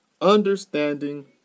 understanding